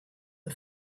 the